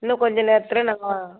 இன்னும் கொஞ்சம் நேரத்தில் நாங்கள்